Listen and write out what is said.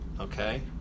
Okay